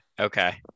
okay